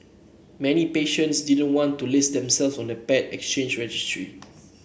many patients didn't want to list themselves on the paired exchange registry